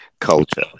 culture